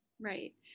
Right